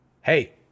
Hey